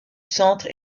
centre